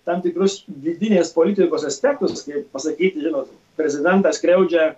tam tikrus vidinės politikos aspektus kaip pasakyti žinot prezidentą skriaudžia